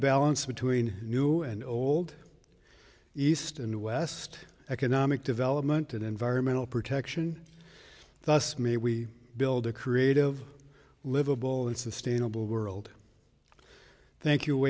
balance between new and old east and west economic development and environmental protection thus may we build a creative livable and sustainable world thank you